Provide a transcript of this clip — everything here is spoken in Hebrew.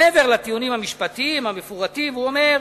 מעבר לטיעונים המשפטיים המפורטים הוא אומר: